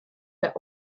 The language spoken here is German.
der